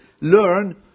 learn